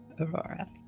aurora